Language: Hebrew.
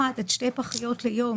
אחת עד שתי פחיות ליום,